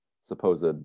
supposed